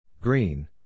Green